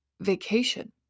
vacation